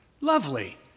lovely